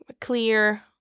clear